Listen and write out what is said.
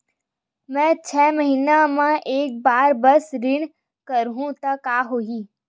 मैं छै महीना म एक बार बस ऋण करहु त का होही?